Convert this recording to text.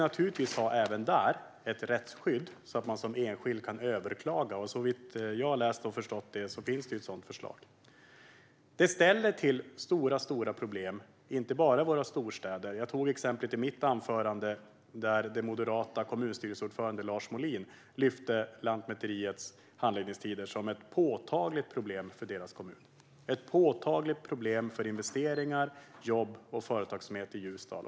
Naturligtvis ska vi även där ha ett rättsskydd så att man som enskild kan överklaga, och såvitt jag har läst och förstått finns det ett sådant förslag. Det här ställer till stora problem inte bara i våra storstäder. Jag tog upp ett exempel i mitt anförande där den moderata kommunstyrelseordföranden Lars Molin lyfte fram Lantmäteriets handläggningstider som ett påtagligt problem för kommunen. Det är ett påtagligt problem för investeringar, jobb och företagsamhet i Ljusdal.